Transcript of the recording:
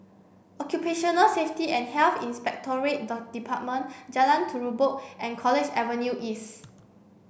Occupational Safety and Health Inspectorate Department Jalan Terubok and College Avenue East